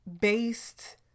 based